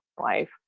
life